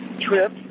trip